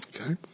Okay